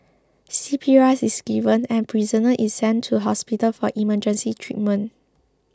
C P R is given and prisoner is sent to hospital for emergency treatment